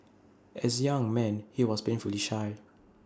as young man he was painfully shy